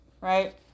right